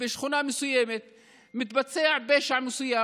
בשכונה מסוימת מתבצע פשע מסוים,